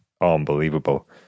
unbelievable